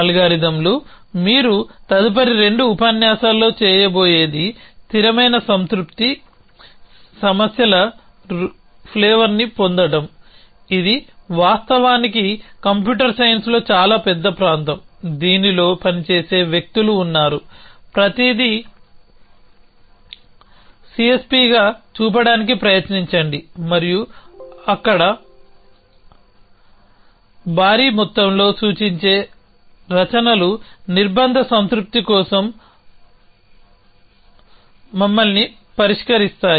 అల్గోరిథంలు మీరు తదుపరి రెండు ఉపన్యాసాలలో చేయబోయేది స్థిరమైన సంతృప్తి సమస్యల ఫ్లేవర్ని పొందడంఇది వాస్తవానికి కంప్యూటర్ సైన్స్లో చాలా పెద్ద ప్రాంతం దీనిలో పని చేసే వ్యక్తులు ఉన్నారు ప్రతిదీ CSPగా చూపడానికి ప్రయత్నించండి మరియు అక్కడ భారీ మొత్తంలో సూచించే రచనలు నిర్బంధ సంతృప్తి కోసం మమ్మల్ని పరిష్కరిస్తాయి